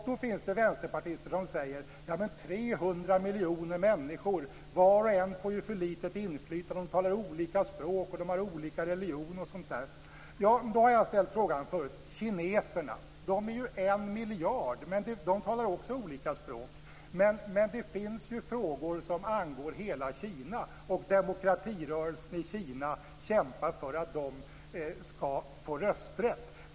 Då finns det vänsterpartister som säger: Men, 300 miljoner människor, var och en får ju för litet inflytande. De talar olika språk, de har olika religion osv. Då har jag ställt frågan förut om kineserna som är en miljard. De talar också olika språk. Men det finns ju frågor som angår alla i hela Kina, och demokratirörelsen i Kina kämpar för att de skall få rösträtt.